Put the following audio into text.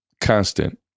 constant